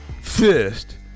fist